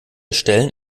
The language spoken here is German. stellen